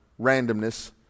randomness